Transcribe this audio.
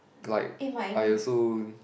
like I also